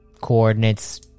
coordinates